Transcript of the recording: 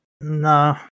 No